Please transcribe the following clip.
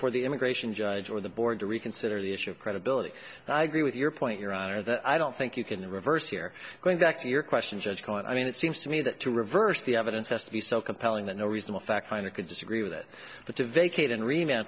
for the immigration judge or the board to reconsider the issue of credibility and i agree with your point your honor that i don't think you can reverse here going back to your question just going i mean it seems to me that to reverse the evidence has to be so compelling that no reasonable fact finder could disagree with it but